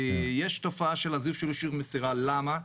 יש תופעה של זיוף אישור מסירה, למה?